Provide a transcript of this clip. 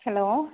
hello